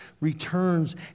returns